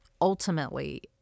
ultimately